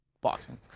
Boxing